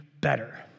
better